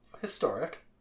Historic